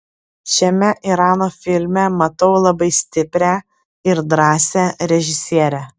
šiame irano filme matau labai stiprią ir drąsią režisierę